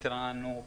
התרענו,